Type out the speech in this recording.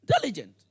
Diligent